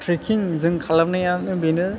trekking जों खालामनायानो बेनो